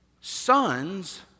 Sons